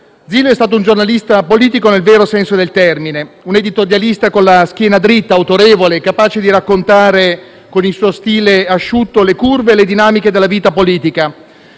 Zilio è stato un giornalista politico nel vero senso del termine, un editorialista con la schiena dritta, autorevole, capace di raccontare, con il suo stile asciutto, le curve e le dinamiche della vita politica.